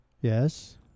Yes